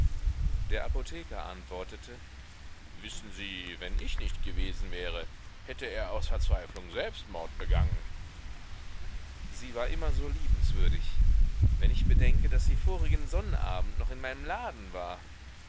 der apotheker antwortete wissen sie wenn ich nicht gewesen wäre hätte er aus verzweiflung selbstmord begangen sie war immer so liebenswürdig wenn ich bedenke daß sie vorigen sonnabend noch in meinem laden war